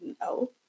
no